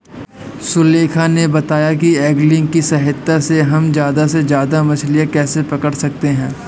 सुलेखा ने बताया कि ऐंगलिंग की सहायता से हम ज्यादा से ज्यादा मछलियाँ कैसे पकड़ सकते हैं